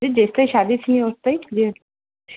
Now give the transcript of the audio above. ऐं जेका शादी थी हुई उते ई